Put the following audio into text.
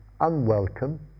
unwelcome